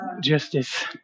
justice